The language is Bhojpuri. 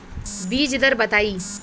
बीज दर बताई?